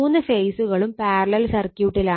മൂന്ന് ഫേസുകളും പാരലൽ സർക്യൂട്ടിലാണ്